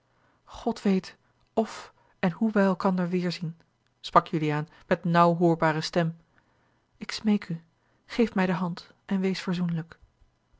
god weet f en hoe wij elkander weêrzien sprak uliaan met nauw hoorbare stem ik smeek u geef mij de hand en wees verzoenlijk